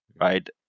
right